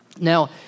Now